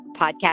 podcast